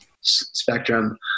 spectrum